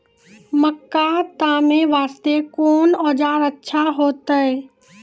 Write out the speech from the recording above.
मक्का तामे वास्ते कोंन औजार अच्छा होइतै?